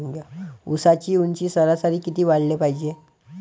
ऊसाची ऊंची सरासरी किती वाढाले पायजे?